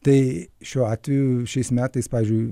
tai šiuo atveju šiais metais pavyzdžiui